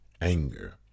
anger